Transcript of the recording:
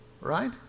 Right